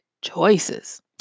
choices